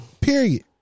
Period